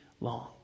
long